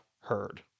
heard